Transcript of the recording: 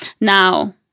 Now